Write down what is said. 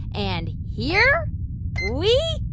and here we